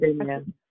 amen